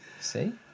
See